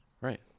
Right